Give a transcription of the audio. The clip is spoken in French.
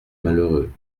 malheureux